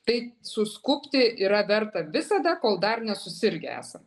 tai suskubti yra verta visada kol dar nesusirgę esat